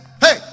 hey